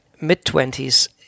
mid-twenties